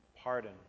pardon